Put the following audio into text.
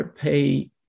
pay